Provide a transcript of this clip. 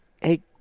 hey